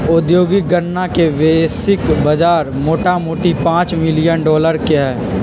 औद्योगिक गन्जा के वैश्विक बजार मोटामोटी पांच बिलियन डॉलर के हइ